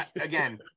Again